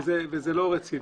וזה לא רציני.